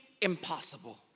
impossible